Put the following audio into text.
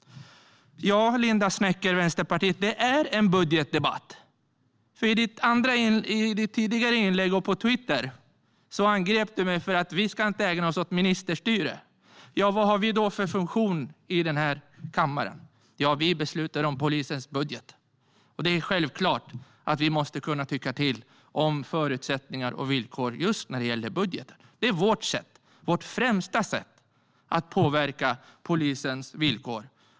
Ja, Linda Snecker i Vänsterpartiet, det är en budgetdebatt. I ditt tidigare inlägg och på Twitter angrep du mig: Vi ska inte ägna oss åt ministerstyre. Ja, vad har vi då för funktion i kammaren? Ja, vi beslutar om polisens budget. Det är självklart att vi måste kunna tycka till om förutsättningar och villkor just när det gäller budgeten. Det är vårt sätt, vårt främsta sätt, att påverka polisens villkor.